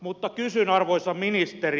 mutta kysyn arvoisa ministeri